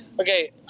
Okay